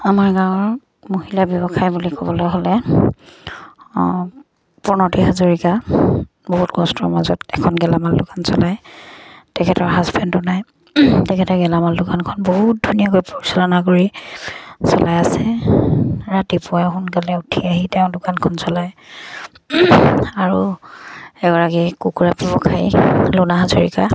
আমাৰ গাঁৱৰ মহিলা ব্যৱসায় বুলি ক'বলৈ হ'লে প্ৰণতি হাজৰিকা বহুত কষ্টৰ মাজত এখন গেলামাল দোকান চলায় তেখেতৰ হাজবেণ্ডো নাই তেখেতে গেলামাল দোকানখন বহুত ধুনীয়াকৈ পৰিচালনা কৰি চলাই আছে ৰাতিপুৱাই সোনকালে উঠি আহি তেওঁ দোকানখন চলায় আৰু এগৰাকী কুকুৰা ব্যৱসায়ী লোণা হাজৰিকা